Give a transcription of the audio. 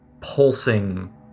pulsing